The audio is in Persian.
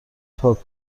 پاک